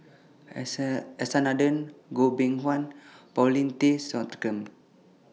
S R S R Nathan Goh Beng Kwan and Paulin Tay Straughan